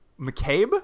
mccabe